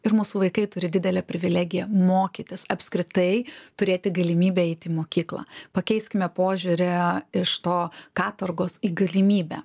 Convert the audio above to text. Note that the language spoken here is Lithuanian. ir mūsų vaikai turi didelę privilegiją mokytis apskritai turėti galimybę eiti į mokyklą pakeiskime požiūrį iš to katorgos į galimybę